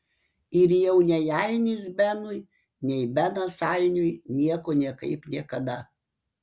ir jau nei ainis benui nei benas ainiui nieko niekaip niekada